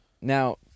now